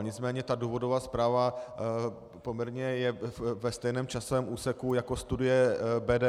Nicméně důvodová zpráva je poměrně ve stejném časovém úseku jako studie BDO.